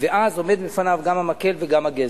וכך עומד לפניו גם המקל וגם הגזר.